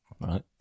Right